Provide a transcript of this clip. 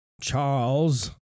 Charles